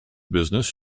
business